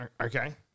Okay